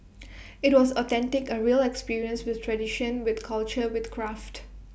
IT was authentic A real experience with tradition with culture with craft